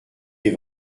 est